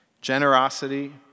generosity